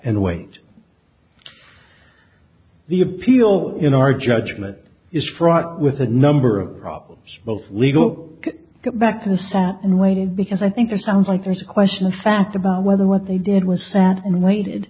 and wait the appeal in our judgment is fraught with a number of problems both legal get back to the sat and waited because i think or sounds like there's a question of fact about whether what they did was sat and waited